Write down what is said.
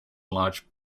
large